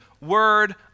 word